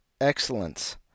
Excellence